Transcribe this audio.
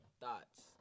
thoughts